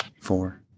Four